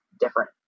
different